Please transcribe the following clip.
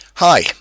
Hi